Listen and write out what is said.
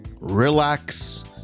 relax